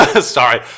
Sorry